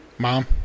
Mom